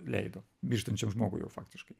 leido mirštančiam žmogui jau faktiškai